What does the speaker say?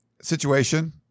situation